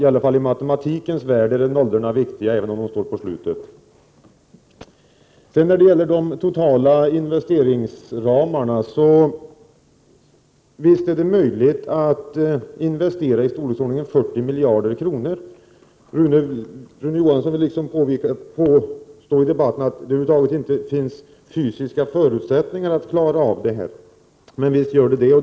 I varje fall i matematikens värld är nollorna viktiga, även om de står på slutet. När det gäller de totala investeringsramarna vill jag säga att visst är det möjligt att investera i storleksordningen 40 miljarder kronor. Rune Johansson vill här i debatten påvisa att det över huvud taget inte finns fysiska förutsättningar att klara av det. Men visst gör det det!